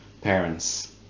parents